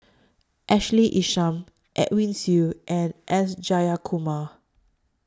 Ashley Isham Edwin Siew and S Jayakumar